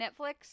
Netflix